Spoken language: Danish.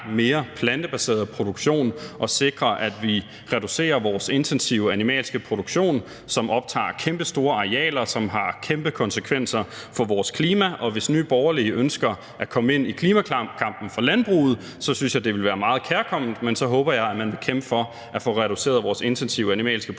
mere plantebaseret produktion og sikre, at vi reducerer vores intensive animalske produktion, som optager kæmpestore arealer, som har kæmpe konsekvenser for vores klima. Hvis Nye Borgerlige ønsker at komme ind i klimakampen i forhold til landbruget, synes jeg det vil være meget kærkomment. Men så håber jeg, at man vil kæmpe for at få reduceret vores intensive animalske produktion